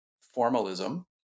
formalism